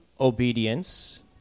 obedience